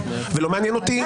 אני לא אצא.